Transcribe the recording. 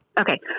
Okay